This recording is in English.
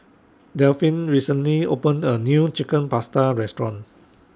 Delphine recently opened A New Chicken Pasta Restaurant